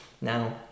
Now